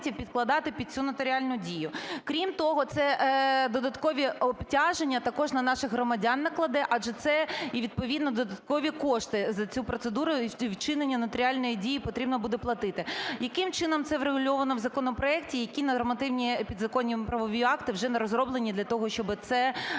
підкладати під цю нотаріальну дію. Крім того, це додаткові обтяження також на наших громадян накладе, адже це і відповідно додаткові кошти за цю процедуру вчинення нотаріальної дії потрібно буде платити. Яким чином це врегульовано в законопроекті? Які нормативні підзаконні правові акти вже розроблені для того, щоб це застосувати